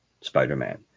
Spider-Man